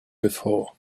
before